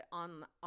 on